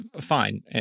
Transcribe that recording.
fine